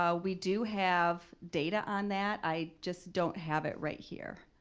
ah we do have data on that. i just don't have it right here.